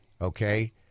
okay